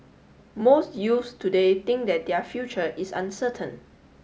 most youths today think that their future is uncertain